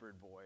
boy